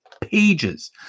pages